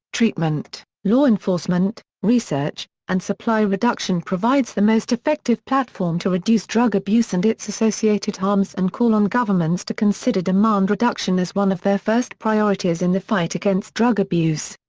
treatment, law enforcement, research, and supply reduction provides the most effective platform to reduce drug abuse and its associated harms and call on governments to consider demand reduction as one of their first priorities in the fight against drug abuse.